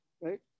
right